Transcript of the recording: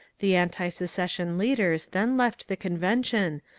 the antisecession leaders then left the convention,